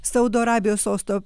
saudo arabijos sosto